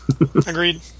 Agreed